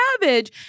cabbage